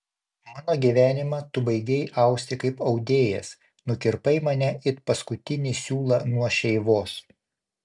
mano gyvenimą tu baigei austi kaip audėjas nukirpai mane it paskutinį siūlą nuo šeivos